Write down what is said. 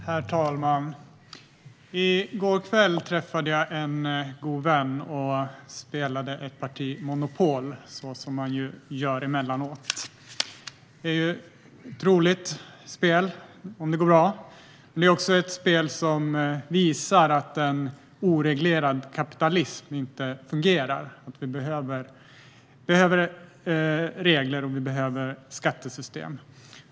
Herr talman! I går kväll träffade jag en god vän och spelade ett parti Monopol, som man ju gör emellanåt. Det är ett roligt spel om det går bra. Men det är också ett spel som visar att en oreglerad kapitalism inte fungerar. Vi behöver regler och skattesystem.